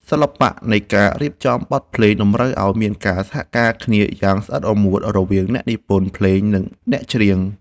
សិល្បៈនៃការរៀបចំបទភ្លេងតម្រូវឱ្យមានការសហការគ្នាយ៉ាងស្អិតរមួតរវាងអ្នកនិពន្ធភ្លេង និង អ្នកច្រៀង។